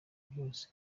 byose